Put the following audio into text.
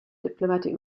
diplomatic